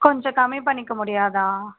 கொஞ்சம் கம்மி பண்ணிக்க முடியாதா